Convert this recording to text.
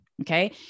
okay